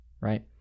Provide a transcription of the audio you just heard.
right